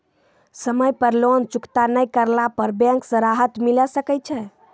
समय पर लोन चुकता नैय करला पर बैंक से राहत मिले सकय छै?